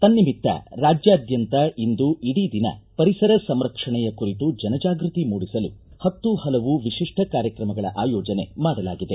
ತನ್ನಿಮಿತ್ತ ರಾಜ್ಯಾದ್ಯಂತ ಇಂದು ಇಡೀ ದಿನ ಪರಿಸರ ಸಂರಕ್ಷಣೆಯ ಕುರಿತು ಜನಜಾಗೃತಿ ಮೂಡಿಸಲು ಹತ್ತು ಹಲವು ವಿಶಿಷ್ಟ ಕಾರ್ಯಕ್ರಮಗಳ ಆಯೋಜನೆ ಮಾಡಲಾಗಿದೆ